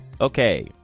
Okay